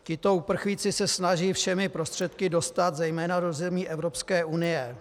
Tito uprchlíci se snaží všemi prostředky dostat zejména do zemí Evropské unie.